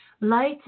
light